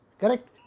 correct